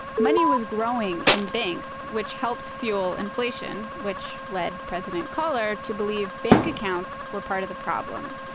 money was growing in banks, which helped fuel inflation, which led president collor to believe bank accounts were part of the problem.